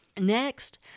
Next